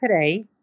today